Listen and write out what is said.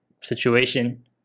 situation